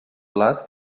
blat